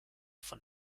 von